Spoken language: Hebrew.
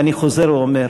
ואני חוזר ואומר: